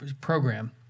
program